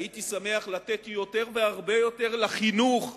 הייתי שמח לתת הרבה יותר לחינוך,